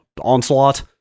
onslaught